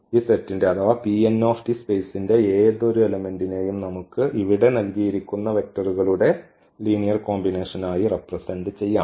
അതിനാൽ ഈ സെറ്റിന്റെ അഥവാ സ്പേസിന്റെ ഏതെങ്കിലും എലെമെന്റിനെ നമുക്ക് ഇവിടെ നൽകിയിരിക്കുന്ന വെക്റ്ററുകളുടെ ലീനിയർ കോമ്പിനേഷനായി റെപ്രെസെന്റ് ചെയ്യാം